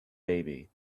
baby